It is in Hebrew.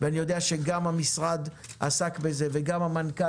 ואני יודע שגם המשרד עסק בזה וגם המנכ"ל